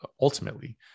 ultimately